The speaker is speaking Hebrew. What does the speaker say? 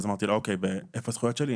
ואז שאלתי איפה הזכויות שלי?